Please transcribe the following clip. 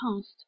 past